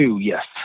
yes